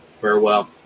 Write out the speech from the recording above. farewell